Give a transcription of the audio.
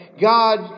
God